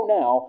now